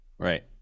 Right